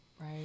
Right